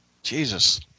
Jesus